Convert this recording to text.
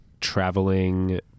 traveling